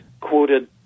quoted